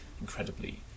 incredibly